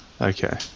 okay